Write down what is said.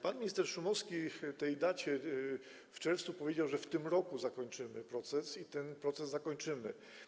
Pan minister Szumowski o tej dacie w czerwcu powiedział, że w tym roku zakończymy ten proces i w tym roku go zakończymy.